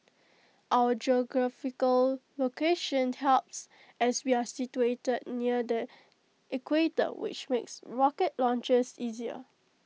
our geographical location helps as we are situated near the equator which makes rocket launches easier